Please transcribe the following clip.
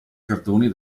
cartoni